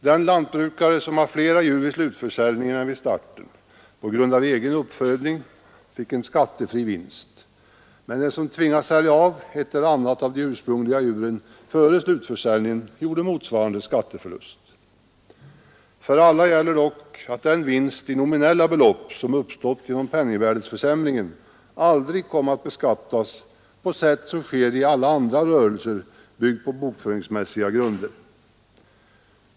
Den lantbrukare som hade flera djur vid slutförsäljningen än vid starten på grund av egen uppfödning fick en skattefri vinst, medan den som tvingats sälja av ett och annat av de ursprungliga djuren före slutförsäljningen gjorde motsvarande skatteförlust. För alla gäller dock, att den vinst i nominella belopp som uppstått genom penningvärdeförsämringen aldrig kom att beskattas på sätt som skett i alla rörelser med redovisning byggd på bokföringsmässiga grunder.